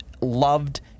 loved